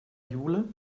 jule